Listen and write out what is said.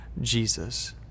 Jesus